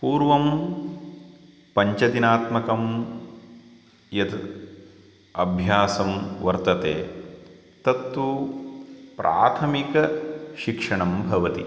पूर्वं पञ्चदिनात्मकं यत् अभ्यासं वर्तते तत्तु प्राथमिकशिक्षणं भवति